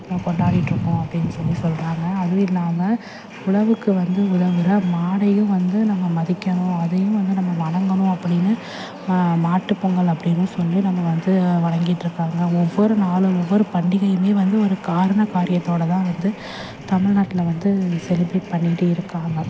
நம்ம கொண்டாடிகிட்ருக்கோம் அப்படின் சொல்லி சொல்கிறாங்க அதுவும் இல்லாமல் உழவுக்கு வந்து உதவுகிற மாட்டையும் வந்து நம்ம மதிக்கணும் அதையும் வந்து நம்ம வணங்கணும் அப்படின்னு மாட்டுப்பொங்கல் அப்படின்னு சொல்லி நம்ம வந்து வணங்கிகிட்ருக்காங்க ஒவ்வொரு நாளும் ஒவ்வொரு பண்டிகையுமே வந்து ஒரு காரணம் காரியத்தோடுதான் வந்து தமிழ்நாட்டில் வந்து செலிப்ரேட் பண்ணிக்கிட்டே இருக்காங்க